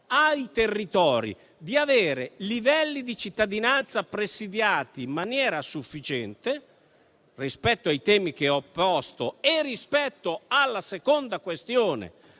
ai territori di avere livelli di cittadinanza presidiati in maniera sufficiente, occorre intervenire rispetto ai temi che ho posto e rispetto alla seconda questione,